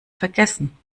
vergessen